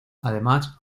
además